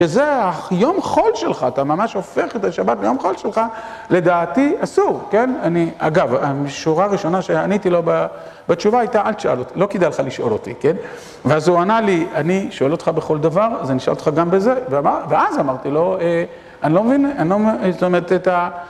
שזה היום חול שלך, אתה ממש הופך את השבת ביום חול שלך, לדעתי, אסור, כן? אני, אגב, השורה הראשונה שעניתי לו ב... בתשובה הייתה, אל תשאל אותי, לא כדאי לך לשאול אותי, כן? ואז הוא ענה לי, אני שואל אותך בכל דבר, אז אני אשאל אותך גם בזה, ואז אמרתי לו, אני לא מבין, אני לא מבין, זאת אומרת, את ה...